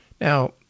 Now